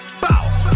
Bow